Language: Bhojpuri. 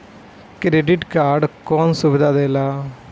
क्रेडिट कार्ड कौन सुबिधा देला?